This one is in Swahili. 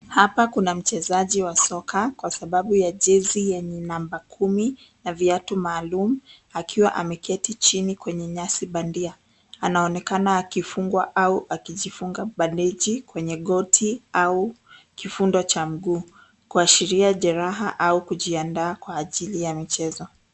Hapa kuna mchezaji wa soka, kwasababu ya jezi yenye namba kumi na viatu maalum, akiwa ameketi chini kwenye nyasi bandia. Anaonekana akifungwa au akijifunga bandeji kwenye goti au kifundo cha mguu, kuashiria jeraha au kujiandaa kwa ajili ya michezo.